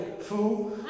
Fool